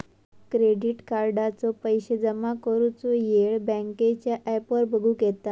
credit कार्डाचो पैशे जमा करुचो येळ बँकेच्या ॲपवर बगुक येता